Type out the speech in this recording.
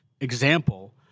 example